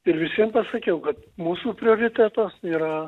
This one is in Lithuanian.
ir visiem pasakiau kad mūsų prioritetas yra